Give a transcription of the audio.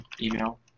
email